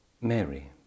Mary